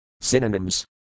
Synonyms